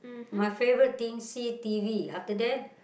my favourite thing see t_v after that